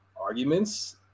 arguments